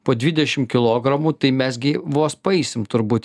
po dvidešim kilogramų tai mes gi vos paeisim turbūt